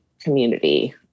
community